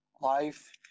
life